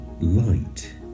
light